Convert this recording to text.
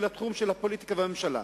ולתחום של הפוליטיקה והממשלה.